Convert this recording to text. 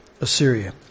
Assyria